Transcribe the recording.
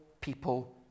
people